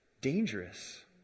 dangerous